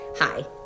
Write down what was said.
Hi